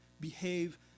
behave